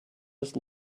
just